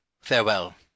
farewell